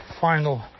final